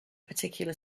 particular